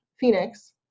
Phoenix